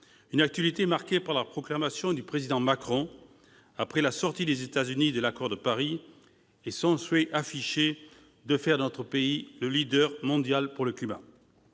Une actualité marquée par la proclamation du président Macron, après la sortie des États-Unis de l'accord de Paris, et son souhait affiché de faire de notre pays le leader mondial pour le climat.